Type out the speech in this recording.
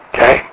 Okay